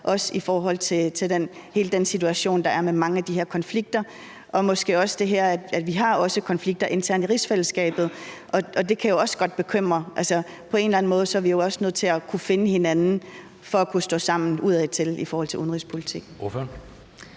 i forhold til hele den situation, der er med mange af de her konflikter, og måske også det her, at vi også har konflikter internt i rigsfællesskabet. Det kan jo også godt bekymre. På en eller anden måde er vi også nødt til at kunne finde hinanden for at kunne stå sammen udadtil i udenrigspolitikken.